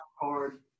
hard